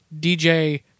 DJ